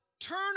turn